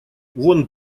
вон